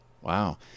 Wow